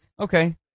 Okay